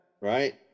right